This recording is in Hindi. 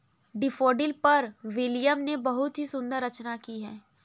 डैफ़ोडिल पर विलियम ने बहुत ही सुंदर रचना की है